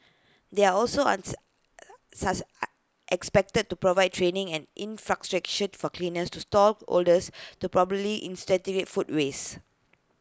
they are also expected to provide training and infrastructure for cleaners to stall holders to properly in segregate food waste